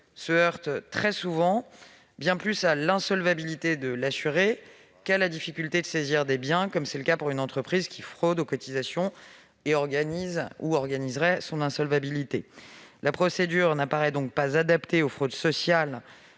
se heurte très souvent bien plus à l'insolvabilité de l'assuré qu'à la difficulté de saisir des biens, comme c'est le cas pour une entreprise fraudant aux cotisations et organisant son insolvabilité. La procédure ne semble donc pas adaptée aux fraudes sociales